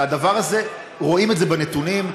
והדבר הזה, רואים את זה בנתונים.